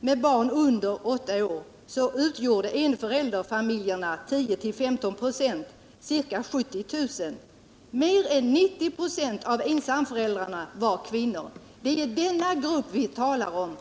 med barn under åtta år utgjorde enförälderfamiljerna 10-15 926, ca 70 000. Mer än 90 926 av ensamföräldrarna var kvinnor. Det är denna grupp vi talar om.